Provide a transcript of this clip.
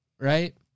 Right